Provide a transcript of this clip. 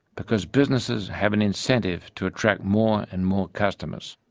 because businesses have an incentive to attract more and more customers.